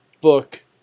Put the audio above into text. book